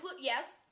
Yes